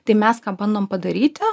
tai mes bandom padaryti